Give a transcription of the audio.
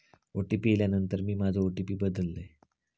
OTP इल्यानंतर मी माझो ओ.टी.पी बदललय